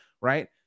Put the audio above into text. right